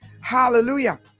hallelujah